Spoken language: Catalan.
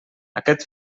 aquest